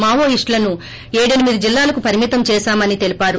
మావోయిస్లులను ఏడెనిమిది జిల్లాలకు పరిమితం చేశామని తెలిపారు